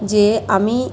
যে আমি